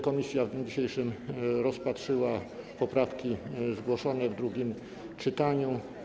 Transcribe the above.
Komisja w dniu dzisiejszym rozpatrzyła poprawki zgłoszone w drugim czytaniu.